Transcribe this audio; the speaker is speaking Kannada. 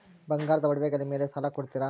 ಬಂಗಾರದ ಒಡವೆಗಳ ಮೇಲೆ ಸಾಲ ಕೊಡುತ್ತೇರಾ?